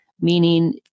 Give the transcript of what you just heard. meaning